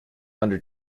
under